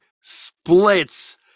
Splits